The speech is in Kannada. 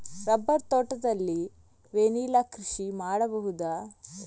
ರಬ್ಬರ್ ತೋಟದಲ್ಲಿ ವೆನಿಲ್ಲಾ ಕೃಷಿ ಮಾಡಬಹುದಾ?